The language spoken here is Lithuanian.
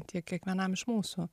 tiek kiekvienam iš mūsų